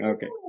Okay